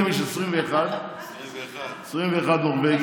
נורבגים יש 21. 21 נורבגים.